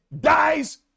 dies